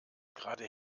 gerade